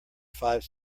five